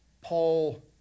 Paul